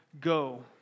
go